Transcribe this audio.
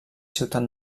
ciutat